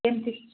କେମିତି